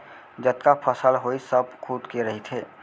जतका फसल होइस सब खुद के रहिथे